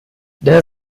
der